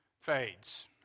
fades